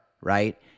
right